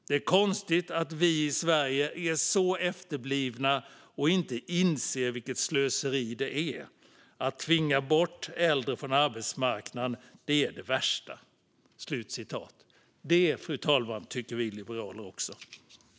Det är konstigt att vi i Sverige är så efterblivna och inte inser vilket slöseri det är. Att tvinga bort äldre från arbetsmarknaden är det värsta." Det tycker vi liberaler också, fru talman.